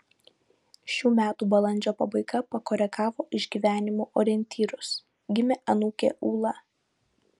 šių metų balandžio pabaiga pakoregavo išgyvenimų orientyrus gimė anūkė ūla